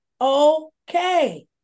okay